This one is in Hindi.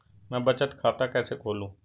मैं बचत खाता कैसे खोलूं?